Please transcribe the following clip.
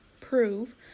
prove